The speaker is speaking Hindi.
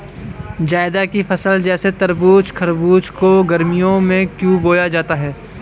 जायद की फसले जैसे तरबूज़ खरबूज को गर्मियों में क्यो बोया जाता है?